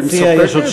היא מספקת?